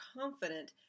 confident